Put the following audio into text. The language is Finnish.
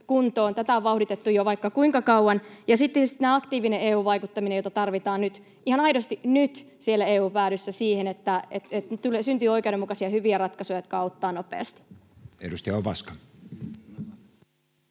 tätä on vauhditettu jo vaikka kuinka kauan. Sitten tietysti aktiivinen EU-vaikuttaminen, jota tarvitaan nyt, ihan aidosti nyt, siellä EU:n päädyssä siihen, että syntyy oikeudenmukaisia ja hyviä ratkaisuja, jotka auttavat nopeasti. [Speech 132]